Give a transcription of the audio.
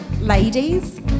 ladies